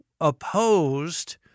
opposed